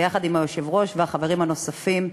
ביחד עם היושב-ראש והחברים הנוספים.